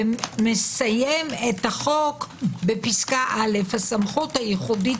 ומסיים את החוק בפסקה (א) הסמכות הייחודית